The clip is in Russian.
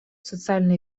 социально